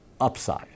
upside